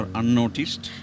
unnoticed